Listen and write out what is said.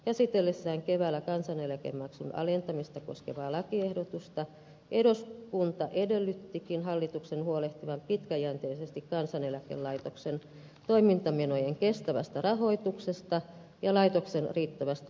käsitellessään keväällä kansaneläkemaksun alentamista koskevaa lakiehdotusta eduskunta edellyttikin hallituksen huolehtivan pitkäjänteisesti kansaneläkelaitoksen toimintamenojen kestävästä rahoituksesta ja laitoksen riittävästä maksuvalmiudesta